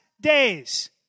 days